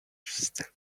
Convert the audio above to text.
still